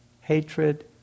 hatred